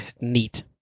Neat